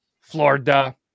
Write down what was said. Florida